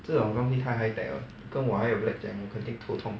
这种东西太 high tech liao 跟我还有 black 讲肯定头痛